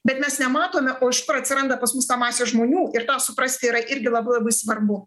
bet mes nematome o iš kur atsiranda pas mus ta masė žmonių ir tą suprasti yra irgi labai labai svarbu